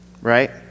right